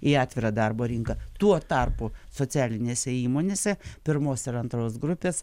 į atvirą darbo rinką tuo tarpu socialinėse įmonėse pirmos ir antros grupės